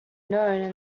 known